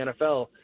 NFL